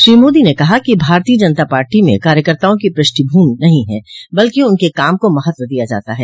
श्री मोदी ने कहा कि भारतीय जनता पार्टी म कार्यकर्ताओं की पृष्ठभूमि नहीं है बल्कि उनके काम को महत्व दिया जाता है